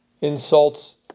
insults